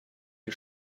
you